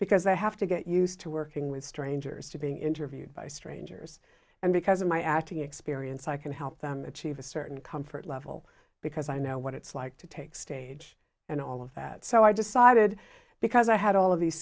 because they have to get used to working with strangers to being interviewed by strangers and because of my acting experience i can help them achieve a certain comfort level because i know what it's like to take stage and all of that so i decided because i had all of these